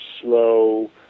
slow